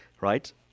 right